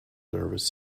nervous